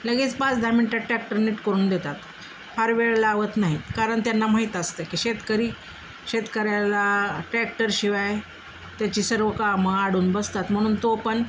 लगेच पाच दहा मिनटात ट्रॅक्टर नीट करून देतात फार वेळ लावत नाहीत कारण त्यांना माहीत असतं की शेतकरी शेतकऱ्याला टॅक्टरशिवाय त्याची सर्व कामं अडून बसतात म्हणून तोपण